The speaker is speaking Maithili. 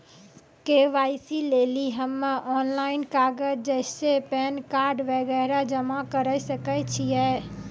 के.वाई.सी लेली हम्मय ऑनलाइन कागज जैसे पैन कार्ड वगैरह जमा करें सके छियै?